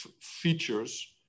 features